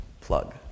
plug